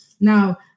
Now